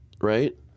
Right